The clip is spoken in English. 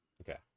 okay